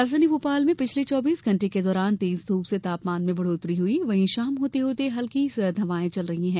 राजधानी भोपाल में पिछले चौबीस घंटे के दौरान तेज धूप से तापमान में बढ़ोत्तरी हुई वहीं शाम होते होते हल्की सर्द हवायें चल रही हैं